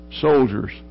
Soldiers